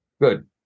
Good